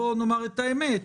בואו נאמר את האמת,